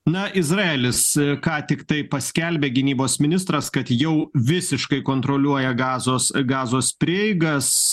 na izraelis ką tiktai paskelbė gynybos ministras kad jau visiškai kontroliuoja gazos gazos prieigas